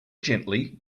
gently